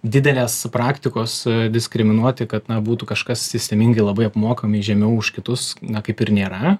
didelės praktikos diskriminuoti kad na būtų kažkas sistemingai labai apmokami žemiau už kitus na kaip ir nėra